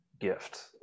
gift